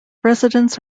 residents